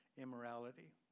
Immorality